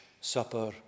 supper